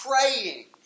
praying